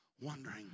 wondering